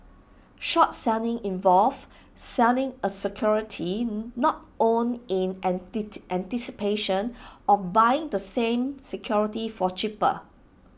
short selling involves selling A security not owned in anticipation of buying the same security for cheaper